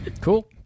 cool